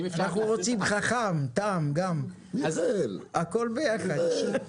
אנחנו רוצים חכם, תם גם, הכול ביחד.